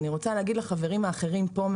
אני רוצה להגיד לחברים האחרים פה,